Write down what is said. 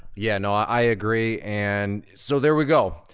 yeah, no, i agree. and so there we go.